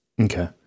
Okay